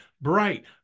bright